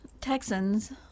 Texans